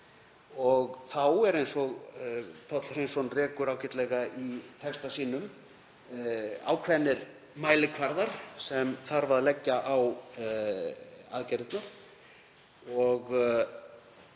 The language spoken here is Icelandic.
sig. Þá eru, eins og Páll Hreinsson rekur ágætlega í texta sínum, ákveðnir mælikvarðar sem þarf að leggja á aðgerðirnar.